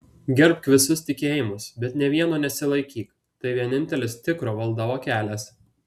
gerbk visus tikėjimus bet nė vieno nesilaikyk tai vienintelis tikro valdovo kelias